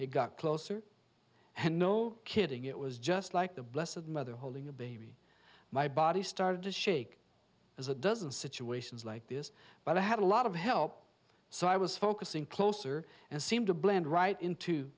it got closer and no kidding it was just like the bless of mother holding a baby my body started to shake as a dozen situations like this but i had a lot of help so i was focusing closer and seemed to blend right into